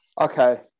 Okay